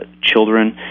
children